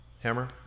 Hammer